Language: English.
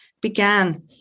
began